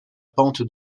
pente